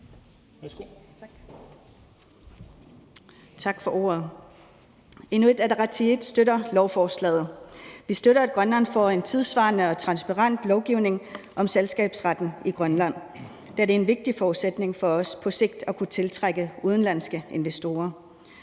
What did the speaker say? Tak for ordet. Inuit Ataqatigiit støtter lovforslaget. Vi støtter, at Grønland får en tidssvarende og transparent lovgivning om selskabsretten i Grønland, da det er en vigtig forudsætning for også på sigt at kunne tiltrække udenlandske investorer.